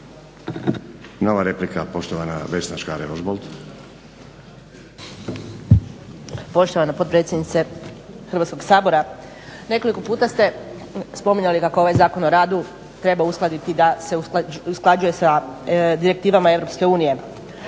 Nova replika, poštovana Vesna Škare Ožbolt. **Škare Ožbolt, Vesna (DC)** Poštovana potpredsjednice Hrvatskog sabora, nekoliko puta ste spominjali kako ovaj Zakon o radu treba uskladiti da se usklađuje sa direktivama EU.